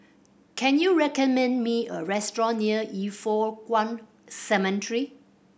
can you recommend me a restaurant near Yin Foh Kuan Cemetery